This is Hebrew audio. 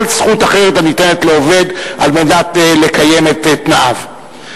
זכות אחרת הניתנת לעובד כדי לקיים את תנאיו.